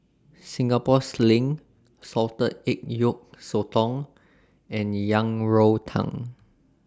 Singapore Sling Salted Egg Yolk Sotong and Yang Rou Tang